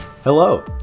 Hello